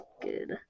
Good